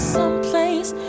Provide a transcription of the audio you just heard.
Someplace